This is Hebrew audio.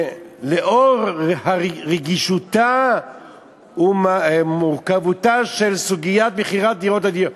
שלאור רגישותה ומורכבותה של סוגיית מכירת דירות הדיור הציבורי,